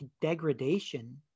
degradation